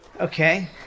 Okay